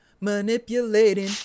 manipulating